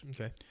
Okay